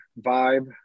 vibe